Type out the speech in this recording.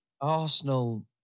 Arsenal